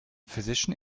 physician